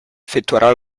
effettuerà